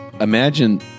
Imagine